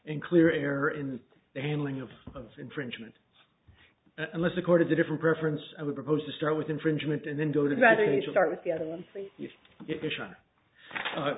and clear error in the handling of of infringement unless according to different preference i would propose to start with infringement and then go to that age